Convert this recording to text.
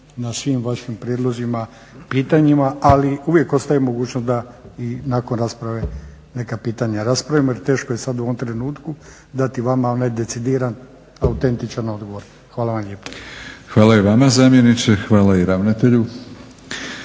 Hvala i vama zamjeniče. Hvala i ravnatelju.